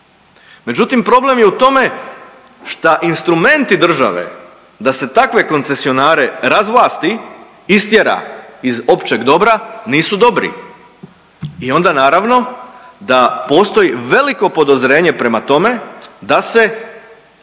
Međutim, problem je u tome šta instrumenti države da se takve koncesionare razvlasti, istjera iz općeg dobra nisu dobri. I onda naravno da postoji veliko podozrenje prema tome da se,